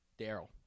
Daryl